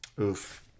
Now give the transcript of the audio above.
Oof